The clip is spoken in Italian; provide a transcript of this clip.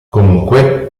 comunque